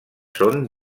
són